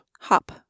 hop